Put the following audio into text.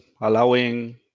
allowing